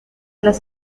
las